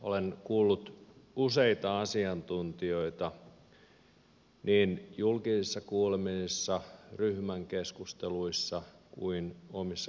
olen kuullut useita asiantuntijoita niin julkisissa kuulemisissa ryhmän keskusteluissa kuin omissa kahdenkeskisissäkin keskusteluissa